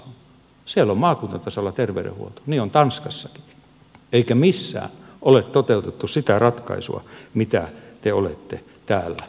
siellä on maakuntatasolla terveydenhuolto niin on tanskassakin eikä missään ole toteutettu sitä ratkaisua mitä te olette täällä esittäneet